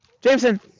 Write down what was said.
Jameson